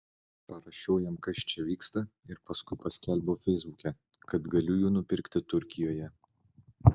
parašiau jam kas čia vyksta ir paskui paskelbiau feisbuke kad galiu jų nupirkti turkijoje